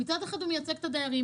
מצד אחד הוא מייצג את הדיירים,